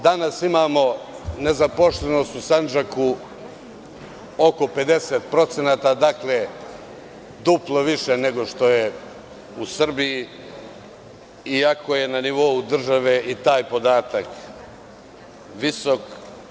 Danas imamo nezaposlenost u Sandžaku oko 50%, duplo više nego što je u Srbiji, iako je na nivou države i taj podatak visok.